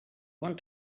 want